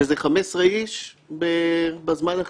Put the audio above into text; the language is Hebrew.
אני אילן, אני פה